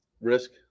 Risk